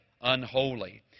unholy